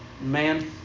Man